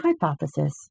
hypothesis